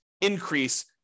increase